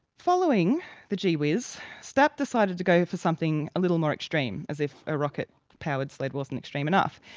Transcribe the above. following the gee whiz, stapp decided to go for something a little more extreme, as if a rocket-powered rocket-powered sled wasn't extreme enough.